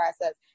process